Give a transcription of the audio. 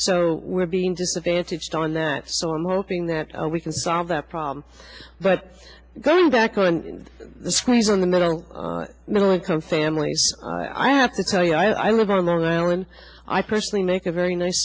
so we're being disadvantaged on that so i'm hoping that we can solve that problem but going back on the squeeze on the middle middle income families i have to tell you i live on long island i personally make a very nice